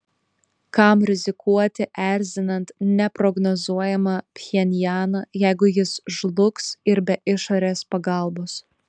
kam rizikuoti erzinant neprognozuojamą pchenjaną jeigu jis žlugs ir be išorės pagalbos